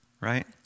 Right